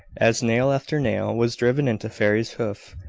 as nail after nail was driven into fairy's hoof,